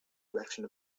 direction